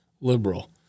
liberal